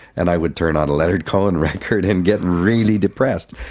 and i would turn on a leonard cohen record and get really depressed.